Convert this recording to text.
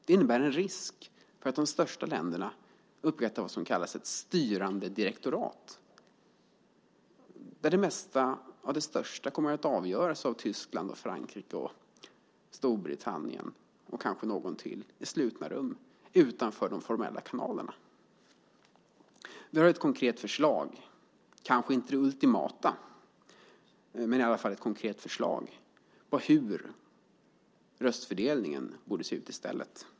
Det innebär en risk för att de största länderna upprättar vad som kallas ett styrande direktorat där det mesta av det största kommer att avgöras av Tyskland, Frankrike, Storbritannien och kanske något land till i slutna rum, utanför de formella kanalerna. Vi har ett förslag, kanske inte det ultimata men i alla fall ett konkret förslag om hur röstfördelningen borde se ut i stället.